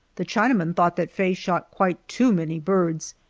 the chinaman thought that faye shot quite too many birds,